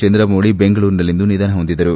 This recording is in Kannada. ಚಂದ್ರಮೌಳಿ ಬೆಂಗಳೂರಿನಲ್ಲಿಂದು ನಿಧನ ಹೊಂದಿದರು